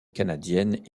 canadienne